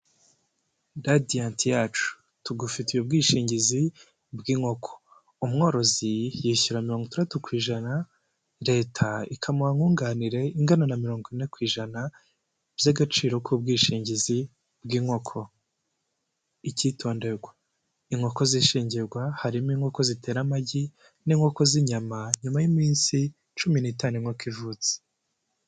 Radiyanti yacu. Tugufitiye ubwishingizi bw'inkoko. Umworozi yishyura mirongo itandatu ku ijana, leta ikamuha nkunganire ingana na mirongo ine ku ijana by'agaciro k'ubwishingizi bw'inkoko. Icyitonderwa: inkoko zishingirwa harimo inkoko zitera amagi n'inkoko z'inyama, nyuma y'iminsi cumi n'itanu inkoko ivutse.